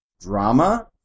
drama